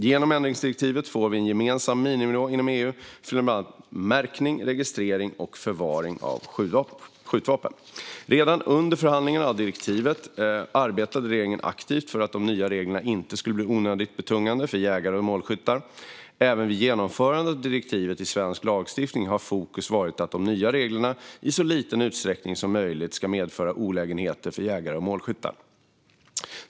Genom ändringsdirektivet får vi en gemensam miniminivå inom EU för bland annat märkning, registrering och förvaring av skjutvapen. Redan under förhandlingarna av direktivet arbetade regeringen aktivt för att de nya reglerna inte skulle bli onödigt betungande för jägare och målskyttar. Även vid genomförandet av direktivet i svensk lagstiftning har fokus varit att de nya reglerna i så liten utsträckning som möjligt ska medföra olägenheter för jägare och målskyttar.